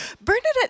Bernadette